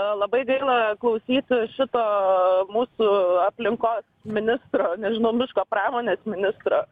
labai gaila klausyti šito mūsų aplinkos ministro nežinau miško pramonės ministro